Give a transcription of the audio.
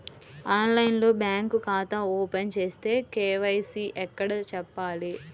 ఆన్లైన్లో బ్యాంకు ఖాతా ఓపెన్ చేస్తే, కే.వై.సి ఎక్కడ చెప్పాలి?